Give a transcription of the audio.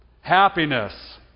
Happiness